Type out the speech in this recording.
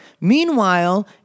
Meanwhile